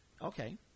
Okay